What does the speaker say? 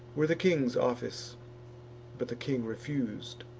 were the king's office but the king refus'd,